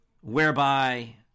whereby